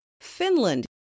Finland